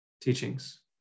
teachings